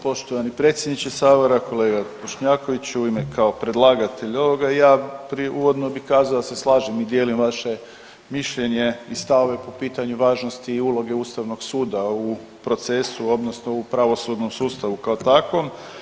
Poštovani predsjedniče sabora, kolega Bošnjakoviću u ime kao predlagatelj ovoga ja uvodno bi kazao da se slažem i dijelim vaše mišljenje i stavove po pitanju važnosti i uloge Ustavnog suda u procesu odnosno u pravosudnom sustavu kao takvom.